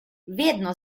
vedno